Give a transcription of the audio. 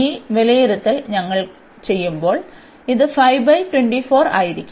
ഈ വിലയിരുത്തൽ ഞങ്ങൾ ചെയ്യുമ്പോൾ ഇത് ആയിരിക്കും